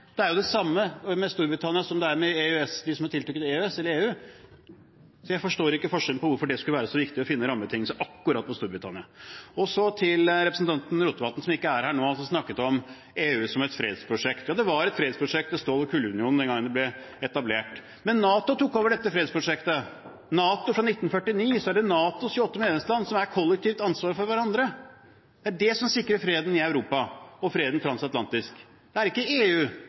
Det er jo det samme med Storbritannia som det er med dem som er tilknyttet EØS/EU. Jeg forstår ikke forskjellen, hvorfor det skulle være så viktig å finne rammebetingelser overfor akkurat Storbritannia. Så til representanten Rotevatn – som ikke er her nå – som snakket om EU som et fredsprosjekt. Ja, det var et fredsprosjekt, med Kull- og stålunionen, den gangen det ble etablert. Men NATO tok over dette fredsprosjektet. Fra 1949 er det NATOs 28 medlemsland som har kollektivt ansvar for hverandre. Det er det som sikrer freden i Europa og freden transatlantisk. Det er ikke EU,